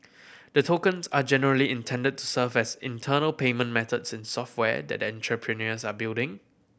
the tokens are generally intended to serve as internal payment methods in software that the entrepreneurs are building